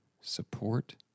support